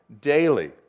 daily